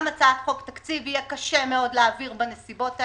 גם הצעת חוק תקציב יהיה קשה מאוד להעביר בנסיבות האלה.